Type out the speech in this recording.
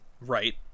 Right